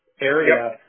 area